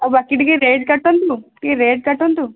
ଆଉ ବାକି ଟିକିଏ ରେଟ୍ କାଟନ୍ତୁ ଟିକିଏ ରେଟ୍ କାଟନ୍ତୁ